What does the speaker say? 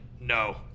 No